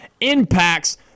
impacts